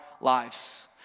lives